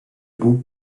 bout